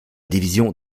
division